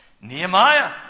Nehemiah